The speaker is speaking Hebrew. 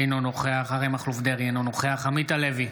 אינו נוכח אריה מכלוף דרעי, אינו נוכח עמית הלוי,